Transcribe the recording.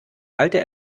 alte